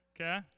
Okay